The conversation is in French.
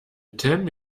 thème